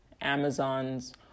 Amazon's